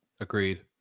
Agreed